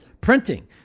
Printing